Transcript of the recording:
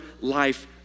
life